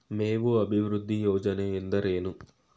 ಮೇವು ಅಭಿವೃದ್ಧಿ ಯೋಜನೆ ಎಂದರೇನು?